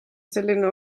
selline